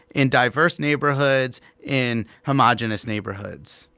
in diverse neighborhoods, in homogenous neighborhoods,